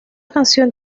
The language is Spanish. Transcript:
canción